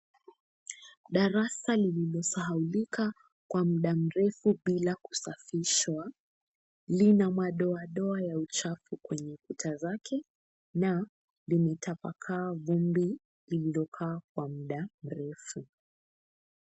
Darasa lililosahulika kwa muda mrefu bila kusafishwa lina madoadoa ya uchafu kwenye kuta zake na limetapakaa vumbi lililokaa kwa muda mrefu.